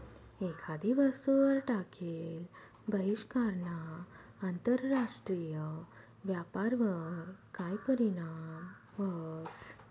एखादी वस्तूवर टाकेल बहिष्कारना आंतरराष्ट्रीय व्यापारवर काय परीणाम व्हस?